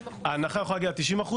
ההנחה יכולה להגיע עד 90%,